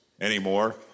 anymore